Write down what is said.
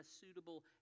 suitable